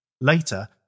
Later